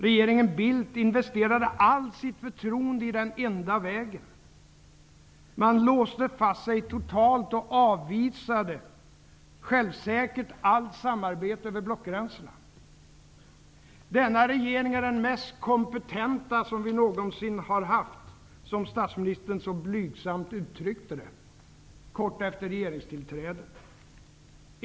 Regeringen Bildt investerade allt sitt förtroende i ''den enda vägen''. Man låste fast sig totalt och avvisade självsäkert allt samarbete över blockgränserna. Denna regering är den mest kompetenta som vi någonsin har haft, som statsministern så blygsamt uttryckte det kort efter regeringstillträdet.